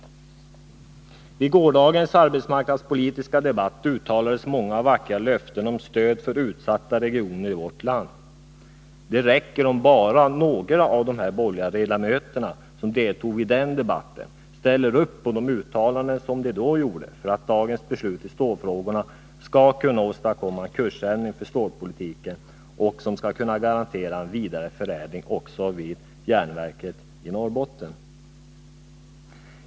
Vid gårdagens arbetsmarknadspolitiska debatt gavs många vackra löften om stöd till utsatta regioner i vårt land. Det räcker om bara några av de borgerliga ledamöter som deltog i den debatten ställer upp på de uttalanden som de då gjorde för att dagens beslut i stålfrågorna skall kunna åstadkomma en kursändring för stålpolitiken som kan garantera vidareförädling vid järnverket i Norrbotten.